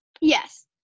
yes